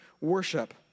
worship